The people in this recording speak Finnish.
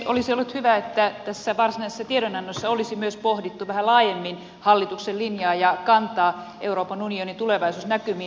olisi ollut hyvä että varsinaisessa tiedonannossa olisi myös pohdittu vähän laajemmin hallituksen linjaa ja kantaa euroopan unionin tulevaisuusnäkymiin